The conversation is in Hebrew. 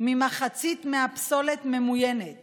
ממחצית מהפסולת ממוינת